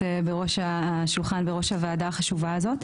בראש השולחן ובראש הוועדה החשובה הזו,